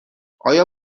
آیا